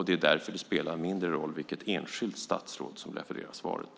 Det är därför det spelar mindre roll vilket enskilt statsråd som levererar svaret.